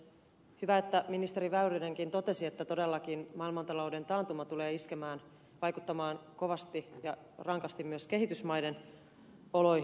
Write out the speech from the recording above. hyvä että ministeri väyrynenkin totesi että todellakin maailmantalouden taantuma tulee vaikuttamaan kovasti ja rankasti myös kehitysmaiden oloihin